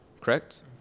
correct